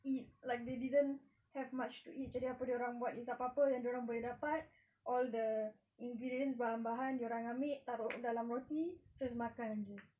eat like they didn't have much to eat jadi apa dorang buat is apa-apa dorang boleh dapat all the ingredients bahan-bahan dorang ambil taruk dalam roti terus makan jer